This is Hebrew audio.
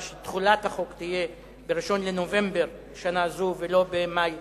שתחולת החוק תהיה ב-1 בנובמבר שנה זו ולא במאי